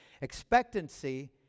Expectancy